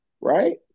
right